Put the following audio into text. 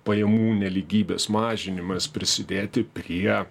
pajamų nelygybės mažinimas prisidėti prie